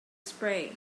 spray